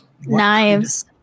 knives